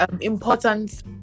important